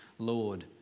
Lord